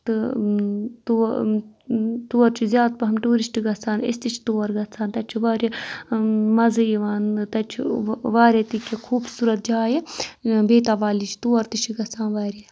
تہٕ تور تور چھِ زیادٕ پَہَم ٹوٗرِسٹہٕ گژھان أسۍ تہِ چھِ تور گَژھان تَتہِ چھُ واریاہ مَزٕ یِوان تَتہِ چھُ واریاہ تہِ کینٛہہ خوٗبصوٗرَت جایہِ بیتاب والی چھِ تور تہِ چھِ گژھان واریاہ